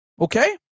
Okay